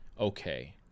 okay